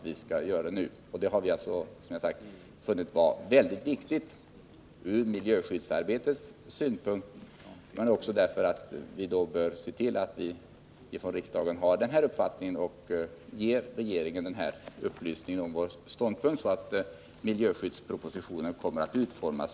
Vi har, som jag sagt, funnit detta vara mycket viktigt ur miljöskyddsarbetets synpunkt. Riksdagen bör därför ge regeringen till känna att riksdagen har den av utskottsmajoriteten redovisade uppfattningen, för att regeringen skall ta hänsyn härtill när miljöskyddspropositionen utformas.